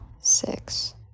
six